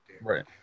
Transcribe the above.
Right